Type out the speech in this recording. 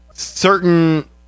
certain